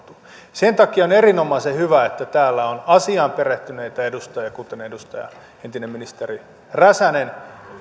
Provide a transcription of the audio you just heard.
sen takia on erinomaisen hyvä että täällä on asiaan perehtyneitä edustajia kuten edustaja entinen ministeri räsänen